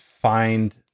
find